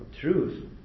truth